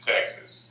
Texas